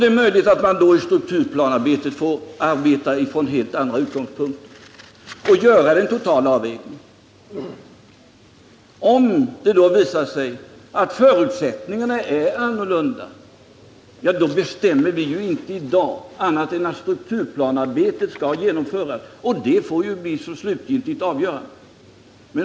Det är möjligt att man i strukturplanearbetet får arbeta från helt andra utgångspunkter och göra den totala avvägningen, om det visar sig att förutsättningarna är annorlunda. Det vi bestämmer i dag är bara att ett strukturplanearbete skall genomföras —och det avgör slutligen vi.